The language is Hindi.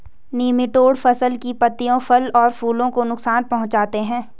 निमैटोड फसल की पत्तियों फलों और फूलों को नुकसान पहुंचाते हैं